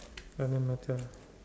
doesn't matter